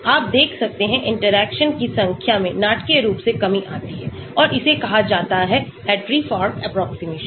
आप देख सकते हैं इंटरैक्शन की संख्या में नाटकीय रूप से कमी आती है और इसे कहा जाता हैहार्ट्री फॉक एप्रोक्सीमेशन